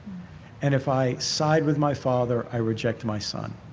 and if i side with my father, i reject my son.